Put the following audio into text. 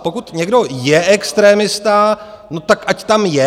Pokud někdo je extremista, no tak ať tam je.